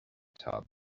tub